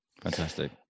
fantastic